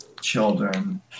children